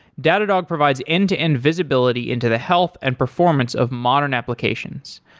datadog provides end-to-end visibility into the health and performance of modern applications.